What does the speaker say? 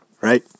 right